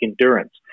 endurance